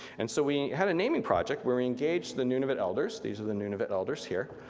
and so we had a naming project where we engaged the nunavut elders, these are the nunavut elders here,